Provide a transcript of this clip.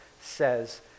says